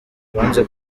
banze